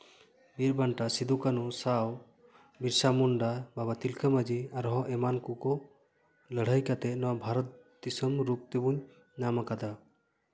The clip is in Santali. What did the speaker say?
ᱵᱤᱨᱼᱵᱟᱱᱴᱟ ᱥᱤᱫᱩᱼᱠᱟᱹᱱᱩ ᱥᱟᱶ ᱵᱤᱨᱥᱟ ᱢᱩᱱᱰᱟ ᱵᱟᱵᱟ ᱛᱤᱞᱠᱟᱹ ᱢᱟᱺᱡᱷᱤ ᱟᱨᱦᱚᱸ ᱮᱢᱟᱱ ᱠᱚᱠᱚ ᱞᱟᱹᱲᱦᱟᱹᱭ ᱠᱟᱛᱮᱫ ᱱᱚᱣᱟ ᱵᱷᱟᱨᱚᱛ ᱫᱤᱥᱚᱢ ᱨᱩᱯ ᱛᱮᱵᱚᱱ ᱧᱟᱢ ᱠᱟᱫᱟ